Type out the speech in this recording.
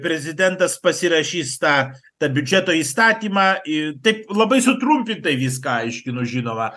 prezidentas pasirašys tą tą biudžeto įstatymą į taip labai sutrumpintai viską aiškinu žinoma